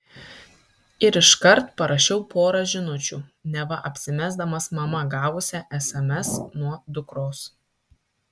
ir iškart parašiau porą žinučių neva apsimesdamas mama gavusia sms nuo dukros